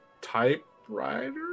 typewriter